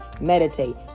meditate